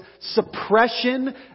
suppression